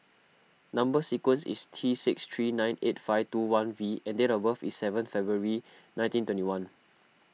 Number Sequence is T six three nine eight five two one V and date of birth is seventh February nineteen twenty one